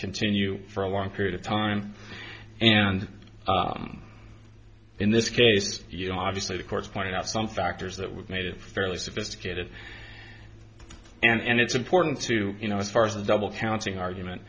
continue for a long period of time and in this case you know obviously the courts pointed out some factors that would made it fairly sophisticated and it's important to you know as far as a double counting argument